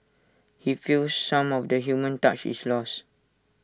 he feels some of the human touch is lost